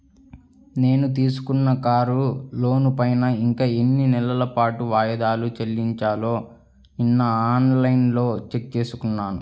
నేను తీసుకున్న కారు లోనుపైన ఇంకా ఎన్ని నెలల పాటు వాయిదాలు చెల్లించాలో నిన్నఆన్ లైన్లో చెక్ చేసుకున్నాను